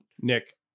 Nick